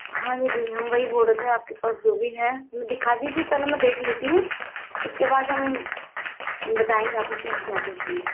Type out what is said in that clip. हाँ दीदी हम वही बोल रहे थे आपके पास जो भी हैं दिखा दीजिये पहले मैं देख लेती हूँ उसके बाद हम बताएँगे आपको कि हमें क्या क्या चाहिए